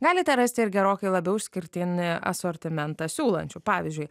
galite rasti ir gerokai labiau išskirtinį asortimentą siūlančių pavyzdžiui